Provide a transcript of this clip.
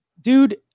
dude